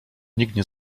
nie